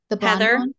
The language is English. Heather